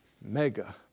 Mega